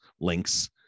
links